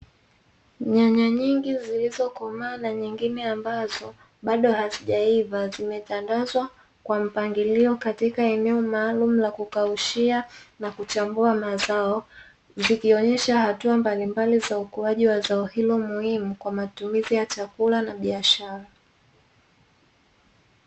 Nyanya nyingi zilizokomaa na nyingine ambazo bado hazijaiva zimetandazwa kwa mpangilio katika eneo maalumu la kukaushia na kuchambua mazao, zikionyesha hatua mbalimbali za ukuaji wa zao hilo muhimu kwa matumizi ya chakula na biashara.